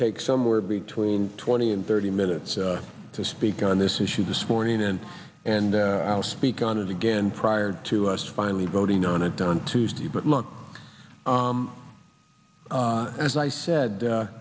take somewhere between twenty and thirty minutes to speak on this issue this morning and and i'll speak on it again prior to us finally voting on it on tuesday but look as i said